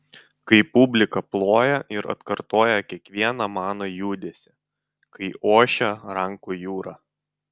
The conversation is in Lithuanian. kai publika ploja ir atkartoja kiekvieną mano judesį kai ošia rankų jūra